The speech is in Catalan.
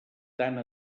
tant